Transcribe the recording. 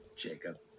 Jacob